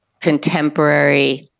contemporary